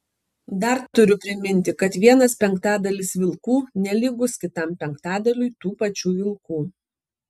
dar turiu priminti kad vienas penktadalis vilkų nelygus kitam penktadaliui tų pačių vilkų